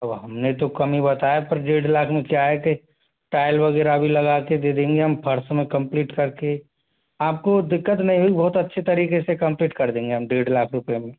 अब हमने तो कम ही बताया पर डेढ़ लाख में क्या है कि टाइल वगैरह भी लगाके दे देंगे हम फ़र्स में कंप्लीट करके आपको दिक्कत नहीं हुई बहुत अच्छे तरीके से कंप्लीट कर देंगे हम डेढ़ लाख रुपये में